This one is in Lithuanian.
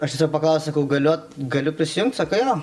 aš tiesiog paklaust sakau galiu galiu prisijungt sako jo